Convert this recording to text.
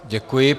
Děkuji.